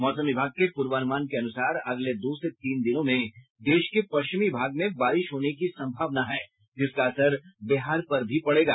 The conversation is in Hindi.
मौसम विभाग के पूर्वानुमान के अनुसार अगले दो से तीन दिनों में देश के पश्चिमी भाग में बारिश होने की सम्भावना है जिसका असर बिहार पर भी पड़ेगा